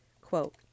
Quote